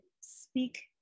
speak